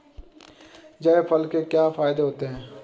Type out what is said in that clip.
जायफल के क्या फायदे होते हैं?